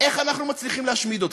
איך אנחנו מצליחים להשמיד אתכם,